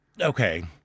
okay